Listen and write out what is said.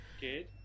Good